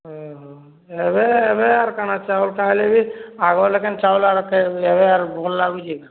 ଉଁ ହୁଁ ଏବେ ଏବେ ଆର୍ କାଣା ଚାଉଲ୍ଟା ହେଲେ ବି ଆଗ ଲେଖେନ୍ ଚାଉଲ୍ ଆରକେ ବ୍ୟବହାର ଭଲ ଲାଗୁଛି କାଁ